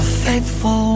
faithful